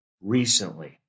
recently